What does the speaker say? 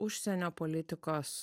užsienio politikos